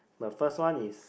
the first one is